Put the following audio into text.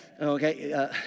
okay